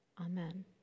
Amen